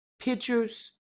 pictures